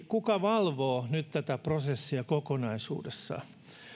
kuka valvoo nyt tätä prosessia kokonaisuudessaan